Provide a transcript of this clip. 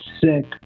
sick